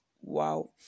Wow